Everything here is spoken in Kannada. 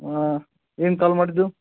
ಆಂ ಏನು ಕಾಲ್ ಮಾಡಿದ್ದು